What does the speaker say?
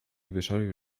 wyszoruj